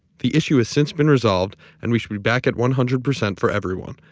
the issue has since been resolved and we should be back at one hundred percent for everyone.